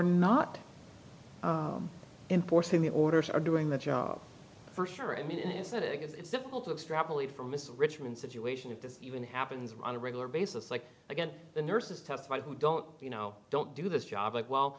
not enforcing the orders are doing the job first sure i mean is that it's difficult to extrapolate from mr richmond situation if this even happens on a regular basis like again the nurses testified who don't you know don't do this job like well